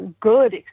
good